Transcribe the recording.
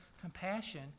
compassion